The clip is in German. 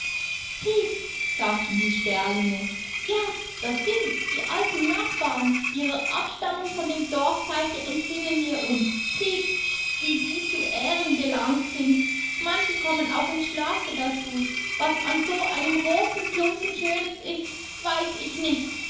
piep sagten die sperlinge ja das sind die alten nachbarn ihrer abstammung von dem dorfteiche entsinnen wir uns piep wie die zu ehren gelangt sind manche kommen auch im schlafe dazu was an so einem roten klumpen schönes ist weiß ich nicht